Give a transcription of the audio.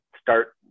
start